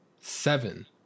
seven